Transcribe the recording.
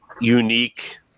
unique